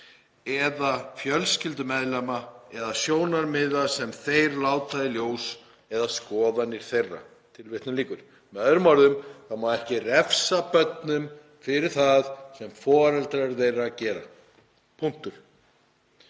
eða fjölskyldumeðlima, eða sjónarmiða sem þeir láta í ljós eða skoðana þeirra.“ Með öðrum orðum má ekki refsa börnum fyrir það sem foreldrar þeirra gera. Punktur.